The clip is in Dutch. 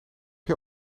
jij